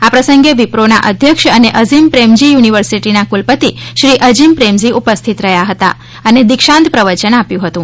આ પ્રંસગે વિપ્રોના અધ્યક્ષ અને અઝીમ પ્રેમજી યુનિવર્સીટીના કુલપતિ શ્રી અઝીમ પ્રેમજી ઉપસ્થિત રહ્યા હતા અને દીક્ષાંત પ્રવચન આપ્યુ હતુ